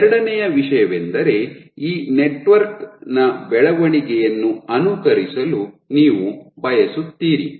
ಎರಡನೆಯ ವಿಷಯವೆಂದರೆ ಈ ನೆಟ್ವರ್ಕ್ ನ ಬೆಳವಣಿಗೆಯನ್ನು ಅನುಕರಿಸಲು ನೀವು ಬಯಸುತ್ತೀರಿ